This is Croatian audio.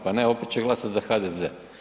Pa ne, opet će glasati za HDZ.